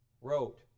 wrote